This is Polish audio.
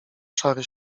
szary